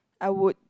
I would